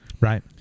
Right